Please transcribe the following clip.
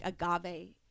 agave